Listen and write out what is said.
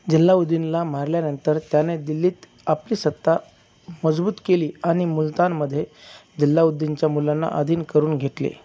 जल्लाउद्दिनला मारल्यानंतर त्याने दिल्लीत आपली सत्ता मजबूत केली आणि मुलतानमध्ये जल्लाउद्दिनच्या मुलांना अधीन करून घेतले